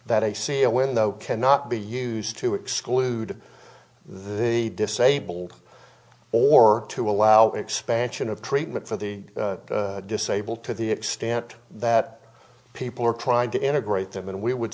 that a see a window cannot be used to exclude the disabled or to allow expansion of treatment for the disabled to the extent that people are trying to integrate them in we would